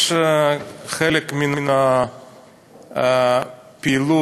יש חלק מן הפעילות,